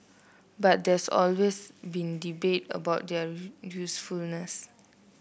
but there's always been debate about their usefulness